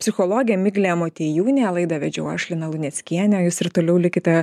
psichologė miglė motiejūnė laidą vedžiau aš lina luneckienė jūs ir toliau likite